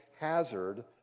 hazard